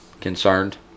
concerned